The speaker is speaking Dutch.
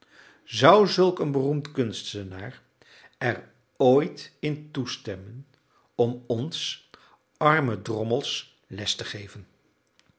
zou zulk een beroemd kunstenaar er ooit in toestemmen om ons arme drommels les te geven